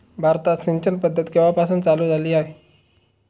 भारतात सिंचन पद्धत केवापासून चालू झाली?